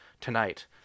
Tonight